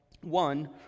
One